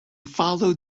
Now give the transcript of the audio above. followed